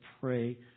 pray